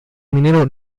minero